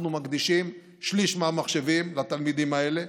אנחנו מקדישים שליש מהמחשבים לתלמידים האלה.